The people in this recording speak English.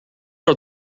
are